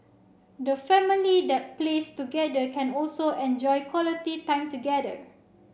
the family that plays together can also enjoy quality time together